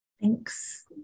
Thanks